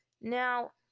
Now